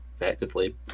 Effectively